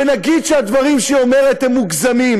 ונגיד שהדברים שהיא אומרת הם מוגזמים.